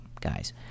guys